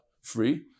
free